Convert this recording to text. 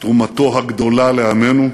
תרומתו הגדולה לעמנו.